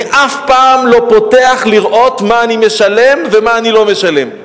אני אף פעם לא פותח לראות מה אני משלם ומה אני לא משלם.